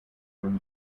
ruth